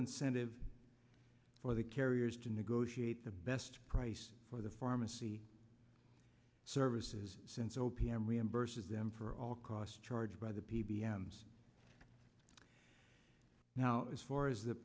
incentive for the carriers to negotiate the best price for the pharmacy services since o p m reimburses them for all costs charged by the p b s now as far as the